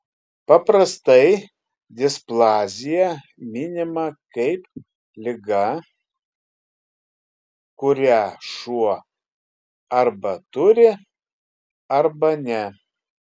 paprastai displazija minima kaip liga kurią šuo arba turi arba ne